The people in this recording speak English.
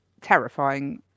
terrifying